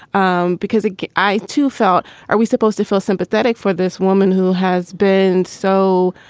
um because i, too, felt, are we supposed to feel sympathetic for this woman who has been so